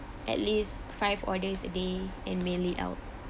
at least five orders a day and mail it out